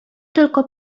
tylko